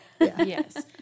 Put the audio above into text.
Yes